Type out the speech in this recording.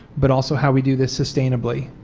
but also how we do this sustainably.